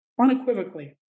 unequivocally